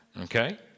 Okay